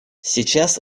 сейчас